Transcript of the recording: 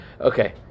Okay